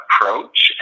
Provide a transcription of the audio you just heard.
approach